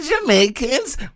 Jamaicans